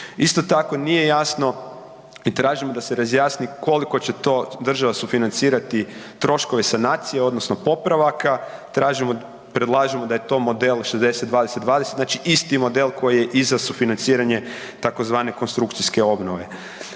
Isto tako nije jasno i tražimo da se razjasni koliko će to država sufinancirati troškove sanacije odnosno popravaka, predlažemo da je to model 60-20-20, znači isti model koji i za sufinanciranje tzv. konstrukcijske obnove.